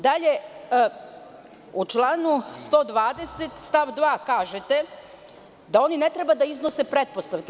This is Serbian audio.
Dalje, u članu 120. stav 2. kažete – da oni ne treba da iznose pretpostavke.